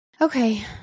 Okay